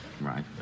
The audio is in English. right